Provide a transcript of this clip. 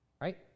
Right